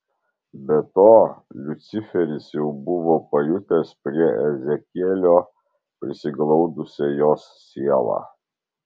be to liuciferis jau buvo pajutęs prie ezekielio prisiglaudusią jos sielą